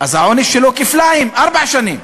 אז העונש שלו כפליים: ארבע שנים.